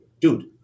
dude